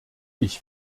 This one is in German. ich